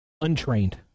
untrained